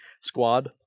squad